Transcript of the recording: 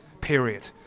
period